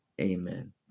Amen